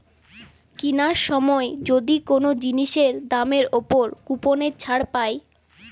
কিনার সময় যদি কোন জিনিসের দামের উপর কুপনের ছাড় পায়